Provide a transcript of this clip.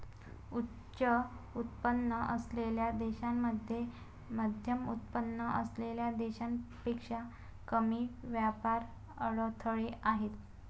उच्च उत्पन्न असलेल्या देशांमध्ये मध्यमउत्पन्न असलेल्या देशांपेक्षा कमी व्यापार अडथळे आहेत